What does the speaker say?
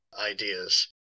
ideas